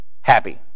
happy